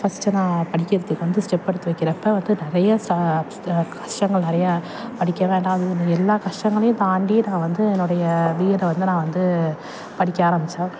first நான் படிக்கிறதுக்கு வந்து ஸ்டெப் எடுத்து வைக்கிறப்போ வந்து நிறையா சா கஷ்டங்கள் நிறைய படிக்க வேண்டாம் விடுன்னு எல்லா கஷ்டங்களையும் தாண்டி நான் வந்து என்னுடைய பிஎட்டை வந்து நான் வந்து படிக்க ஆரம்பித்தேன்